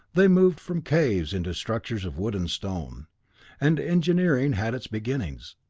they moved from caves into structures of wood and stone and engineering had its beginning.